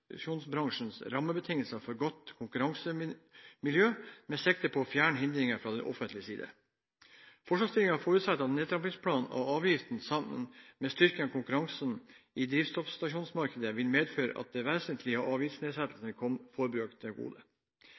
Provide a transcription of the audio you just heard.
bensinstasjonsbransjens rammebetingelser for godt konkurransemiljø, med sikte på å fjerne hindringer fra det offentliges side. Forslagsstillerne forutsetter at en nedtrappingsplan for avgiftene, sammen med en styrking av konkurransen i drivstoffstasjonsmarkedet, vil medføre at det vesentlige av avgiftsnedsettelsen vil komme forbrukerne til gode.